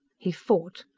he fought.